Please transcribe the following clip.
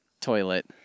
toilet